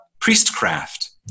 priestcraft